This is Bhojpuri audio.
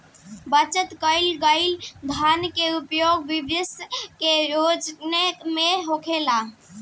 बचत कईल गईल धन के उपयोगिता भविष्य के योजना में होला